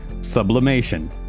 Sublimation